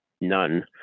None